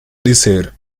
dizer